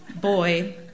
boy